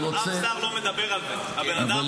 אף שר לא מדבר על זה חוץ ממשה ארבל,